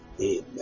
Amen